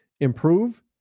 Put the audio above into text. improve